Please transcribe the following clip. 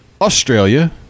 Australia